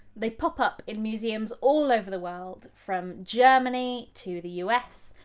they pop up in museums all over the world from germany to the us,